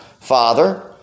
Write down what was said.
father